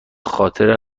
خاطر